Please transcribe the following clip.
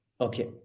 Okay